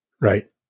Right